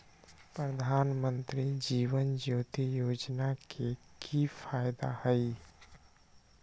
प्रधानमंत्री जीवन ज्योति योजना के की फायदा हई?